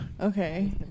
okay